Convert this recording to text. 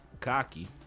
cocky